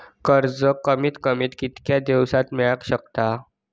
कर्ज कमीत कमी कितक्या दिवसात मेलक शकता?